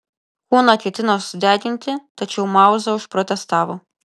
kūną ketino sudeginti tačiau mauza užprotestavo